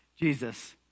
Jesus